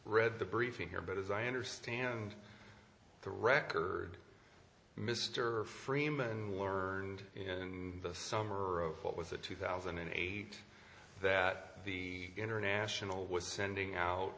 read the briefing here but as i understand the record mr freeman learned in the summer of what was a two thousand and eight that the international was sending out